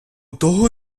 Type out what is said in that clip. того